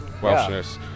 Welshness